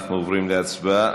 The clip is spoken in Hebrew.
אנחנו עוברים להצבעה.